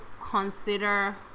consider